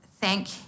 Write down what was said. Thank